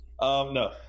No